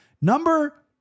Number